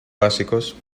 básicos